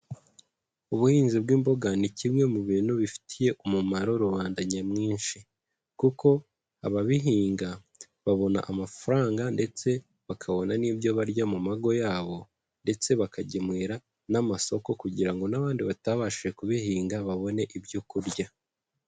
Ubuhinzi bw'imboga ni kimwe mu bintu bifitiye umumaro rubanda nyamwinshi, kuko ababihinga babona amafaranga ndetse bakabona n'ibyo barya mu mago yabo, ndetse bakagemurira n'amasoko kugira ngo n'abandi batabashije kubihinga babone ibyo kurya.